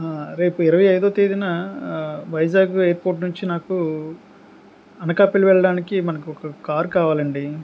రేపు ఇరవై ఐదో తేదీన వైజాగ్ ఎయిర్పోర్ట్ నుంచి నాకు అనకాపల్లి వెళ్ళడానికి మనకు ఒక కార్ కావాలండి